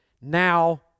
Now